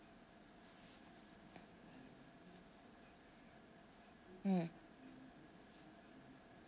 mm